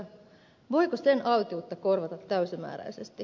voiko sen autiutta korvata täysimääräisesti